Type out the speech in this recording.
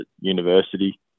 university